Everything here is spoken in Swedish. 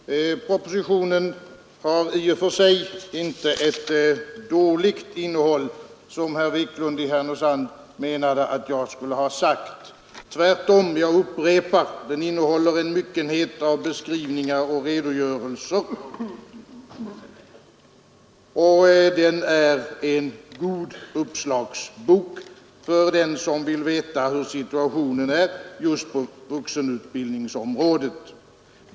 Herr talman! Propositionens innehåll är i och för sig inte dåligt, vilket herr Wiklund i Härnösand menade att jag skulle ha påstått. Jag upprepar att den tvärtom innehåller en myckenhet av beskrivningar och redogörelser och är en god uppslagsbok för den som vill veta hurudan situationen är just nu på vuxenutbildningsområdet.